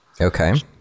Okay